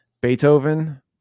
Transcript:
Beethoven